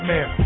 Man